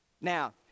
Now